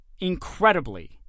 Incredibly